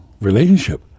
relationship